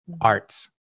arts